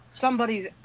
somebody's